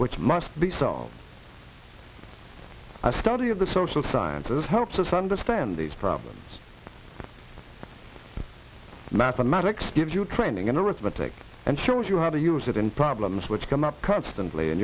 which must be solved a study of the social sciences helps us understand these problems mathematics gives you training an arithmetic and shows you how to use it in problems which cannot co